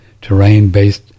terrain-based